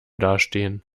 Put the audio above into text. dastehen